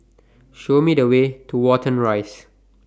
Show Me The Way to Watten Rise